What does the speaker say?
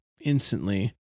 instantly